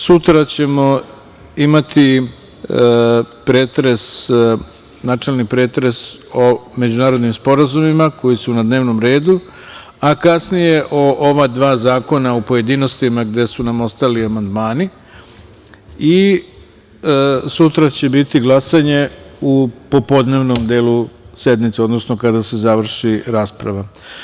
Sutra ćemo imati načelni pretres o međunarodnim sporazumima koji su na dnevnom redu, a kasnije o ova dva zakona u pojedinostima gde su nam ostali amandmani i sutra će biti glasanje u popodnevnom delu sednice, odnosno kada se završi rasprava.